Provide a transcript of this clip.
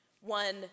One